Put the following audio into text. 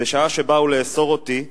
"בשעה שבאו לאסור אותי,